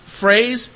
phrase